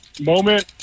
moment